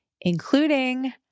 including